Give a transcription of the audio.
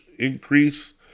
Increase